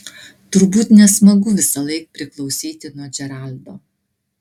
turbūt nesmagu visąlaik priklausyti nuo džeraldo